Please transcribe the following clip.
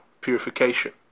purification